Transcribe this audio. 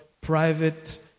private